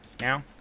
now